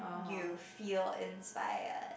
you'll feel inspired